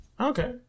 Okay